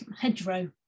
hedgerow